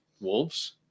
Wolves